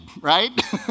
right